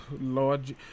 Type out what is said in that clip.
Lord